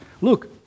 look